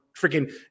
freaking